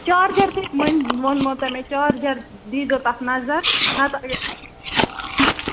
charger تُہۍ ؤنۍ ووٚنمو تۄہہِ مےٚ چارجَر دیٖزیو تَتھ نظر نَتہٕ